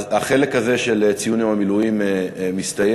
החלק הזה של ציון יום המילואים הסתיים.